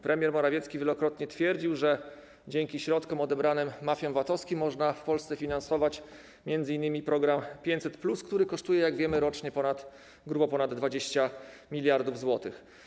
Premier Morawiecki wielokrotnie twierdził, że dzięki środkom odebranym mafiom VAT-owskim można w Polsce sfinansować m.in. program 500+, który kosztuje, jak wiemy, rocznie grubo ponad 20 mld zł.